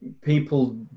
people